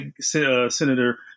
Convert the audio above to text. Senator